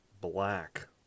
black